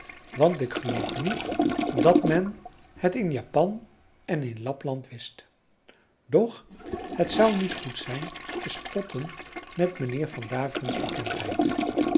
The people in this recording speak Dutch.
want ik geloof niet dat men het in japan en in lapland wist doch het zou niet goed zijn te spotten met mijnheer van daveren's bekendheid